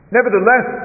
Nevertheless